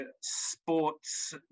sports